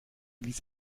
ließ